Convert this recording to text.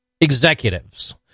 Executives